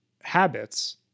habits